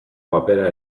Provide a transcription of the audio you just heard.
papera